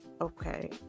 okay